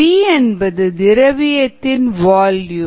we என்பது திரவியத்தின் volume